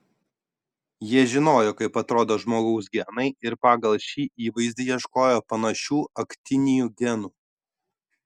jie žinojo kaip atrodo žmogaus genai ir pagal šį įvaizdį ieškojo panašių aktinijų genų